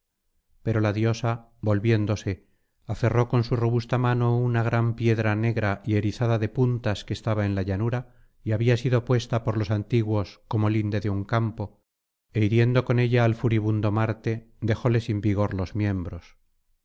pero la diosa volviéndose aferró con su robusta mano una gran piedra negra y erizada de puntas que estaba en la llanura y había sido puesta por los antiguos como linde de un campo é hiriendo con ella al furibundo marte dejóle sin vigor los miembros